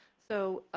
so, ah